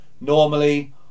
Normally